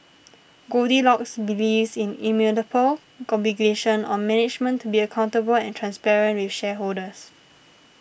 goldilocks believes in immutable obligation on management to be accountable and transparent with shareholders